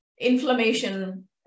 Inflammation